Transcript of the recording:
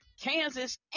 Kansas